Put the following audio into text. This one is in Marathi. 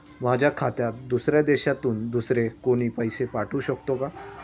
माझ्या खात्यात दुसऱ्या देशातून दुसरे कोणी पैसे पाठवू शकतो का?